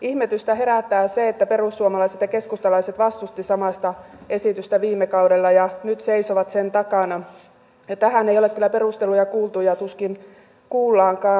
ihmetystä herättää se että perussuomalaiset ja keskustalaiset vastustivat samaista esitystä viime kaudella ja nyt seisovat sen takana ja tähän ei ole kyllä perusteluja kuultu ja tuskin kuullaankaan